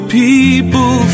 people